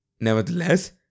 Nevertheless